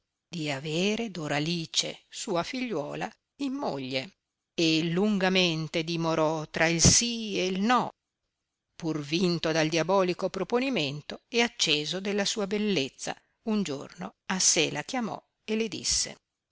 di avere doralice sua figliuola in moglie e lungamente dimorò tra il sì e no pur vinto dal diabolico proponimento e acceso della sua bellezza un giorno a sé la chiamò e le disse